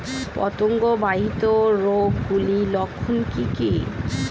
পতঙ্গ বাহিত রোগ গুলির লক্ষণ কি কি?